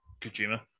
Kojima